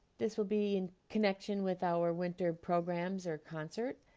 this will be in connection with our winter programs or concert